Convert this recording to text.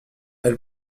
elle